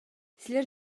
силер